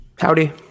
Howdy